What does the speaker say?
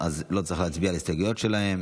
אז לא צריך להצביע על ההסתייגויות שלה,